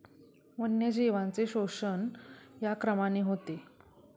वन्यजीवांचे शोषण या क्रमाने होते